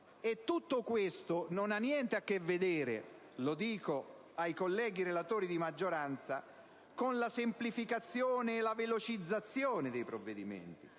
Tutto ciò non ha niente a che vedere - mi rivolgo ai colleghi relatori di maggioranza - con la semplificazione e la velocizzazione dei provvedimenti: